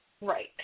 Right